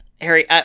Harry